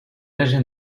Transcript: leży